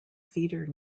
theater